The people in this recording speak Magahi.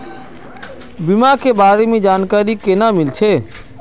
बीमा के बारे में जानकारी केना मिलते?